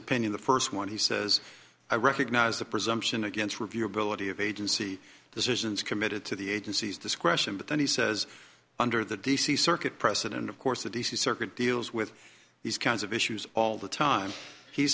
opinion the first one he says i recognize the presumption against review ability of agency decisions committed to the agency's discretion but then he says under the d c circuit precedent of course the d c circuit deals with these kinds of issues all the time he